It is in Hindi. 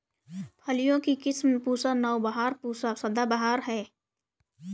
फलियों की किस्म पूसा नौबहार, पूसा सदाबहार है